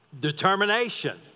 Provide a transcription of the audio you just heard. determination